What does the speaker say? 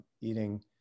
eating